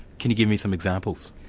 can you give me some examples?